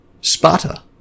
Sparta